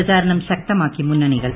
പ്രചാരണം ശക്തമാക്കി മുന്നണികൾ